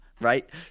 right